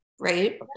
right